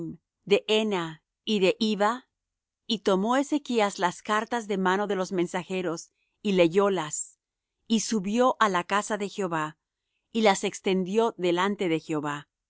de henah y de hivah y tomó ezechas las cartas de mano de los mensajeros y leyólas y subió á la casa de jehová y las extendió delante de jehová